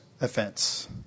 offense